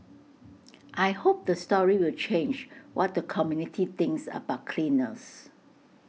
I hope the story will change what the community thinks about cleaners